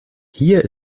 hier